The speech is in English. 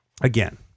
again